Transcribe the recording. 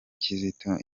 kizito